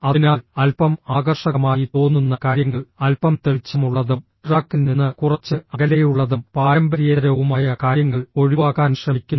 അതിനാൽ അൽപ്പം ആകർഷകമായി തോന്നുന്ന കാര്യങ്ങൾ അൽപ്പം തെളിച്ചമുള്ളതും ട്രാക്കിൽ നിന്ന് കുറച്ച് അകലെയുള്ളതും പാരമ്പര്യേതരവുമായ കാര്യങ്ങൾ ഒഴിവാക്കാൻ ശ്രമിക്കുന്നു